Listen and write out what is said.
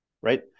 Right